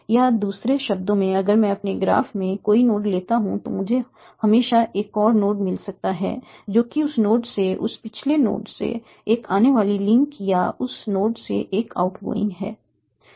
या दूसरे शब्दों में अगर मैं अपने ग्राफ में कोई नोड लेता हूं तो मुझे हमेशा एक और नोड मिल सकता है जो कि उस नोड में उस पिछले नोड से एक आने वाली लिंक या उस नोड में एक आउटगोइंग है